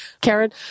Karen